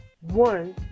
one